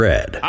Red